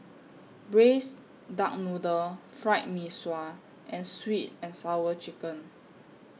Braised Duck Noodle Fried Mee Sua and Sweet and Sour Chicken